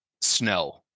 snow